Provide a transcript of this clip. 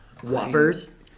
Whoppers